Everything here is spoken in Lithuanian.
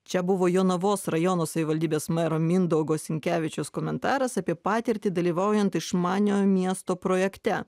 čia buvo jonavos rajono savivaldybės mero mindaugo sinkevičiaus komentaras apie patirtį dalyvaujant išmaniojo miesto projekte